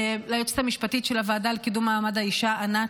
ליועצת המשפטית של הוועדה לקידום מעמד האישה ענת,